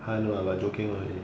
!huh! no lah like joking only